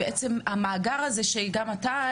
המאגר הזה שגם אתה,